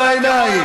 כנראה,